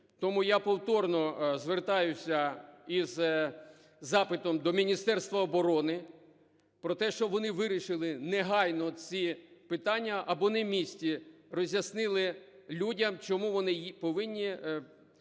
Тому я повторно звертаюся із запитом до Міністерства оборони про те, щоб вони вирішили негайно оці питання або на місті роз'яснили людям, чому вони повинні